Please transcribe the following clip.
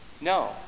No